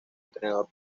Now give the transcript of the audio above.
entrenador